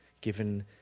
given